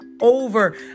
over